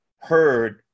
heard